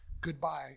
Goodbye